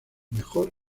mejor